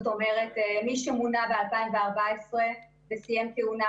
מי שמונה ב-2014 וסיים כהונה,